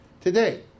today